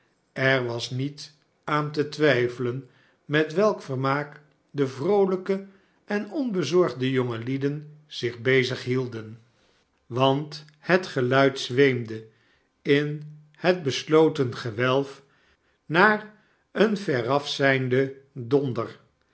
er was niet aan te twijfelen met welk vermaak de vroolijke en onbezorgde jonge lieden zich bezig hidden want het geluid zweemde in het besloten gewelf naar een veraf zijnde donder